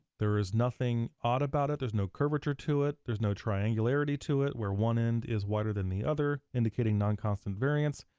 there's nothing odd about it, there's no curvature to it, there's no triangularity to it where one end is wider than the other, indicating non-constant variance.